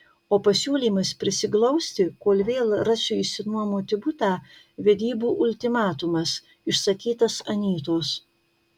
o pasiūlymas prisiglausti kol vėl rasiu išsinuomoti butą vedybų ultimatumas išsakytas anytos